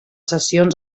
sessions